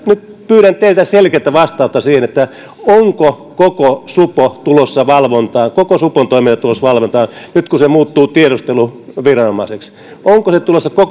nyt pyydän teiltä selkeätä vastausta siihen onko koko supo tulossa valvontaan koko supon toiminta tulossa valvontaan nyt kun se muuttuu tiedusteluviranomaiseksi onko se tulossa